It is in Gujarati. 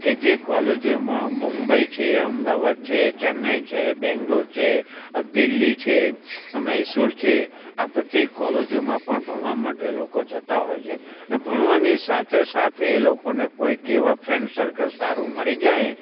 કે જે કોલેજોમાં મુંબઈ છે અમદાવાદ છે ચેન્નઈ છે બેંગલોર છે દિલ્લી છે મેસૂર છે આ બધી કોલેજોમાં પણ ભણવા માટે લોકો જતા હોય છે ને ભણવાની સાથે સાથે એ લોકોને કોઈક એવા ફ્રેન્ડ સર્કલ સારું મળી જાય